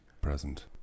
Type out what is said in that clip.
present